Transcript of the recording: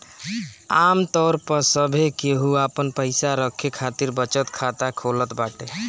आमतौर पअ सभे केहू आपन पईसा रखे खातिर बचत खाता खोलत बाटे